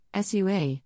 SUA